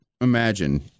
Imagine